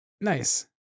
Nice